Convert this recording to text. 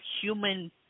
human